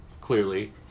clearly